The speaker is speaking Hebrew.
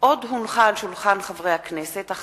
הצעת